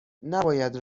نباید